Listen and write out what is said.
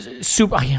super –